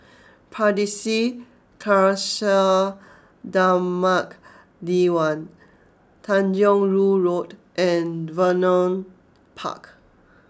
Pardesi Khalsa Dharmak Diwan Tanjong Rhu Road and Vernon Park